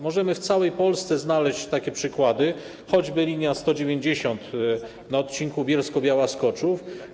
Możemy w całej Polsce znaleźć takie przykłady, jak choćby linia nr 190 na odcinku Bielsko-Biała - Skoczów.